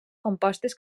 compostes